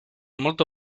molto